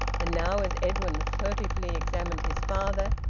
and now as edwin furtively examined his father,